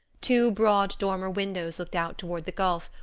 two broad dormer windows looked out toward the gulf,